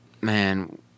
man